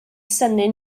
synnu